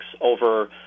over